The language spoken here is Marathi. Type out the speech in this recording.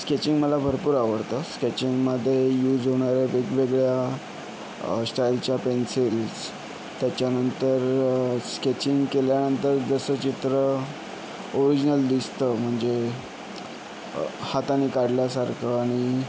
स्केचिंग मला भरपूर आवडतं स्केचिंगमध्ये यूज होणाऱ्या वेगवेगळ्या स्टाईलच्या पेन्सिल्स त्याच्यानंतर स्केचिंग केल्यानंतर जसं चित्र ओरिजनल दिसतं म्हणजे हाताने काढल्यासारखं आणि